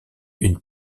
une